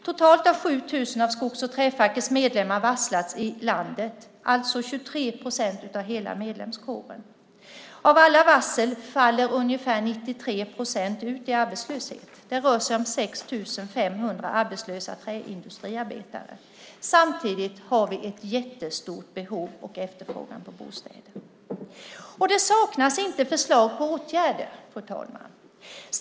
Totalt har 7 000 av Skogs och Träfackets medlemmar varslats i landet, alltså 23 procent av hela medlemskåren. Av alla varsel hamnar ungefär 93 procent i arbetslöshet. Det rör sig om 6 500 arbetslösa träindustriarbetare. Samtidigt har vi ett jättestort behov av och en stor efterfrågan på bostäder. Det saknas inte förslag till åtgärder, fru talman.